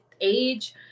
age